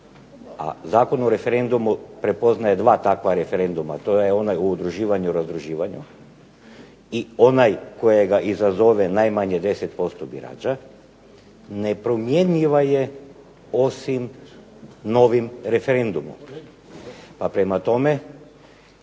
a Zakon o referendumu prepoznaje dva takva referenduma a to je onaj o udruživanju i razdruživanju i onaj kojeg izazove najmanje 10% birača, ne promjenjiva je osim novim referendumom. Pa prema tome,